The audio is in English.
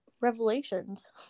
revelations